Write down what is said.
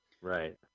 Right